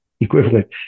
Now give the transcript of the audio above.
equivalent